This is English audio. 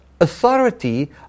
authority